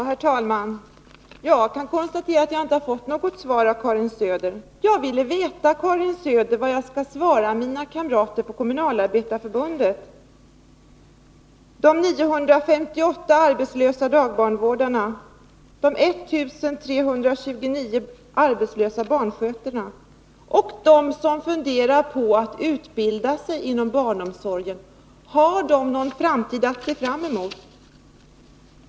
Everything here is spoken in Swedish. Herr talman! Jag kan konstatera att jag inte har fått något svar av Karin Söder. Jag ville veta, Karin Söder, vad jag skall svara mina kamrater i 11 Riksdagens protokoll 1981/82:101-104 Kommunalarbetareförbundet. Frågan är om de 958 arbetslösa dagbarnvårdarna, de 1 329 arbetslösa barnskötarna och de som funderar på att utbilda sig inom barnomsorgen har någon framtid att se fram emot.